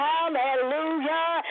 Hallelujah